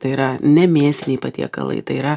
tai yra ne mėsiniai patiekalai tai yra